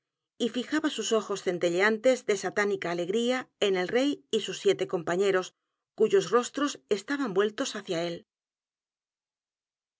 y fijaba sus ojos centelleantes de satánica alegría en el rey y sus siete compañeros cuyos rostros estaban vueltos hacia él ah